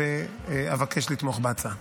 ואבקש לתמוך בהצעה.